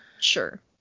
Sure